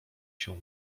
się